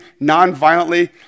nonviolently